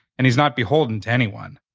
and he's not beholden to anyone.